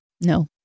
No